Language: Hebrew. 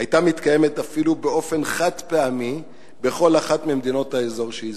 היתה מתקיימת אפילו באופן חד-פעמי בכל אחת ממדינות האזור שהזכרתי,